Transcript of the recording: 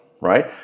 right